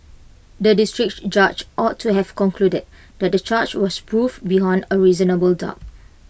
the District Judge ought to have concluded that the discharge was proved beyond A reasonable doubt